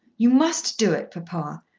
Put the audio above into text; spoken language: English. you must do it, papa.